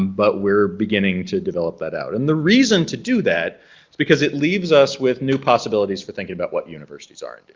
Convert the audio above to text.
but we're beginning to develop that out and the reason to do that is because it leaves us with new possibilities for thinking about what universities are and doing.